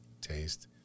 Taste